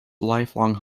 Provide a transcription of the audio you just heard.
lifelong